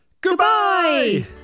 goodbye